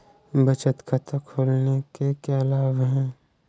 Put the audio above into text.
बचत खाता खोलने के क्या लाभ हैं?